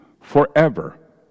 forever